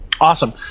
Awesome